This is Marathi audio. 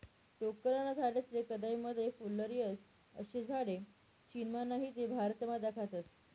टोक्करना झाडेस्ले कदय मदय फुल्लर येस, अशा झाडे चीनमा नही ते भारतमा दखातस